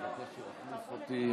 בבקשה, חבר הכנסת בוסו.